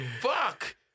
fuck